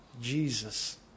Jesus